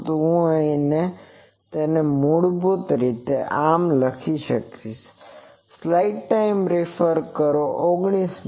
તોહું તેને મૂળભૂત રીતે આમ લખીશ